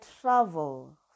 travel